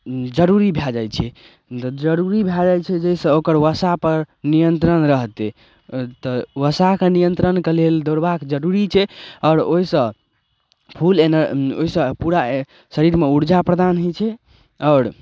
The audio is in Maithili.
जरूरी भऽ जाइ छै तऽ जरूरी भऽ जाइ छै जाहिसऽ ओकर बसा पर नियंत्रण रहतै तऽ बसाके नियंत्रणके लेल दौड़बाके जरूरी छै आओर ओहि सऽ फुल एनर्जी ओहि सऽ पूरा शरीरमे उर्जा प्रदान होइ छै आओर